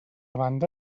banda